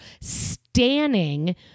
standing